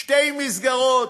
שתי מסגרות,